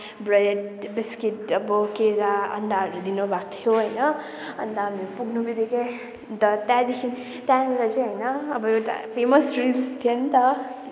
bread biscuit अब केरा अन्डाहरू दिनुभएको थियो होइन अन्त हामीले पुग्नु बित्तिकै अन्त त्यहाँदेखि त्यहाँनिर चाहिँ होइन अब एउटा फेमस रिल्स थियो नि त